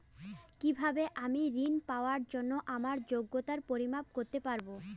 কিভাবে আমি ঋন পাওয়ার জন্য আমার যোগ্যতার পরিমাপ করতে পারব?